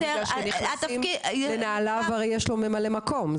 בגלל שנכנסים לנעליו הרי יש לו ממלא מקום,